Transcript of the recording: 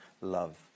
love